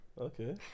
Okay